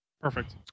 perfect